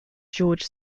george